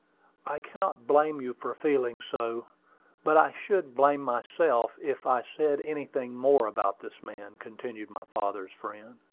i cannot blame you for feeling so but i should blame myself if i said anything more about this man, continued my father's friend.